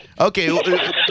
Okay